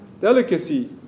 delicacy